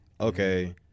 Okay